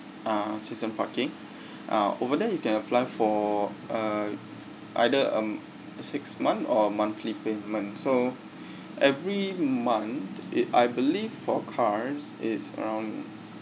uh season parking uh over there you can apply for a either a six month or a monthly payment so every month it I believe for cars it's around